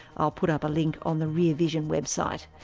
i'll put up a link on the rear vision website,